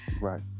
Right